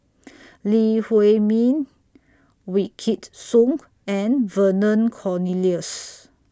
Lee Huei Min Wykidd Song and Vernon Cornelius